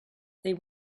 they